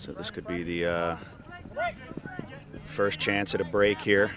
so this could be the right first chance at a break here